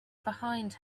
behind